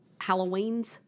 Halloweens